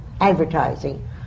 advertising